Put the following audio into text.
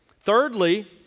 Thirdly